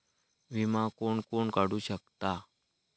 विमा कोण कोण काढू शकता?